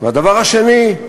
והדבר השני הוא